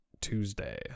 Tuesday